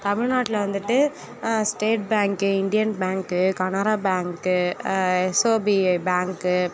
தமிழ்நாட்டுல வந்துட்டு state bank Indian bank Canara bank SBI பேங்க்கு